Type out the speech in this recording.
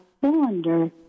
cylinder